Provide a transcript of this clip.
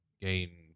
gain